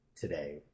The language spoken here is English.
today